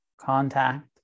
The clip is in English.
contact